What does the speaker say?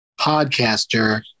podcaster